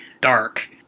dark